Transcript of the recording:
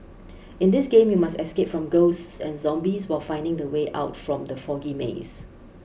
in this game you must escape from ghosts and zombies while finding the way out from the foggy maze